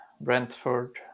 brentford